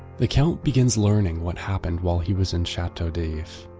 the count begins learning what happened while he was in chateau d'if,